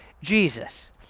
Jesus